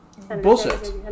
Bullshit